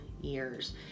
years